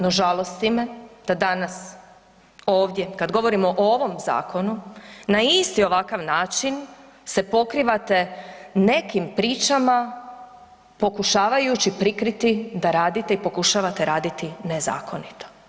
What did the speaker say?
No, žalosti me da danas ovdje kad govorimo o ovom zakonu na isti ovakav način se pokrivate nekim pričama pokušavajući prikriti da radite i pokušavate raditi nezakonito.